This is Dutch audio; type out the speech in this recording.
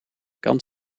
kant